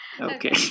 okay